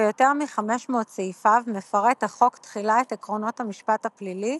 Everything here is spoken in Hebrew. ביותר מ-500 סעיפיו מפרט החוק תחילה את עקרונות המשפט הפלילי,